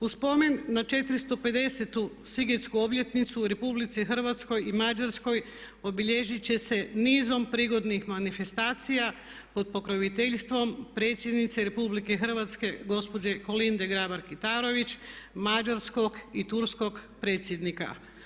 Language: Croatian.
U spomen na 450 sigetsku obljetnicu u Republici Hrvatskoj i Mađarskoj obilježit će se nizom prigodnih manifestacija pod pokroviteljstvom predsjednice Republike Hrvatske gospođe Kolinde Grabar Kitarović, mađarskog i turskog predsjednika.